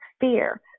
fear